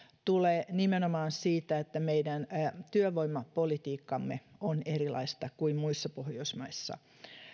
tulee nimenomaan siitä että meidän työvoimapolitiikkamme on erilaista kuin muissa pohjoismaissa